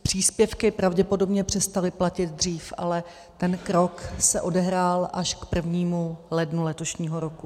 Příspěvky pravděpodobně přestaly platit dřív, ale ten krok se odehrál až k 1. lednu letošního roku.